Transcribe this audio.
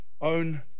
own